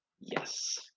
Yes